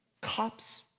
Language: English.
cops